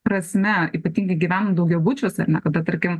prasme ypatingai gyvenant daugiabučiuose ar ne kada tarkim